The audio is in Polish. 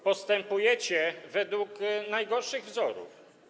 Postępujecie według najgorszych wzorów.